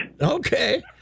Okay